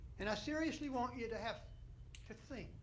and i seriously want you to have to think,